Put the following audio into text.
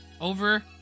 over